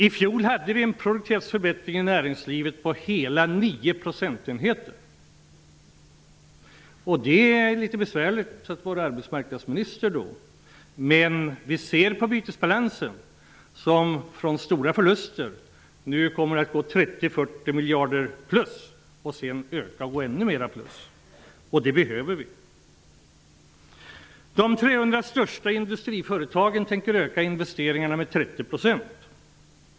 I fjol hade vi en produktionsförbättring i näringslivet på hela 9 procentenheter. Det är litet besvärligt att vara arbetsmarknadsminister då. Men vi kan se på bytesbalansen, som från stora förluster nu kommer att gå 30--40 miljarder plus och sedan gå ytterligare plus. Det behöver vi. De 300 största industriföretagen tänker öka investeringarna med 30 %.